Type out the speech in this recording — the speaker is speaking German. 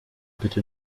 bitte